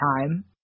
time